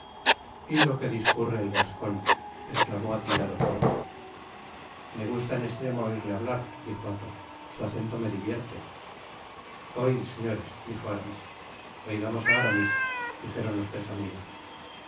y lo que discurre el gascon esclamó admirado porthos me gusta en estremo oirle hablar dijo athos su acento me divierte oid señores añadió aramis oigamos á aramis dijeron los tres amigos